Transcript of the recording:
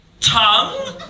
Tongue